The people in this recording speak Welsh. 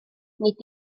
nid